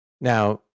Now